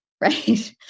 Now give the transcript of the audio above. right